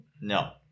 No